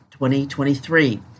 2023